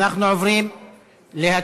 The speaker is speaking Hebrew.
אנחנו עוברים להצבעה,